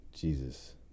Jesus